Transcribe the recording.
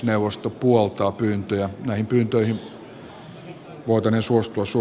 puhemiesneuvosto puoltaa pyyntöä